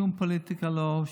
ששום פוליטיקה לא,